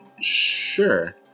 Sure